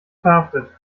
verhaftet